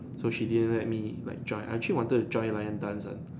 so she didn't let me like join I actually wanted to join lion dance one